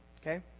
Okay